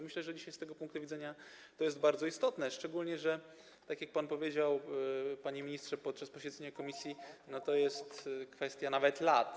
Myślę, że dzisiaj z tego punktu widzenia to jest bardzo istotne, szczególnie że, tak jak pan powiedział, panie ministrze, podczas posiedzenia komisji, to jest kwestia nawet lat.